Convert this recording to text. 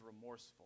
remorseful